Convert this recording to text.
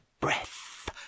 breath